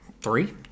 three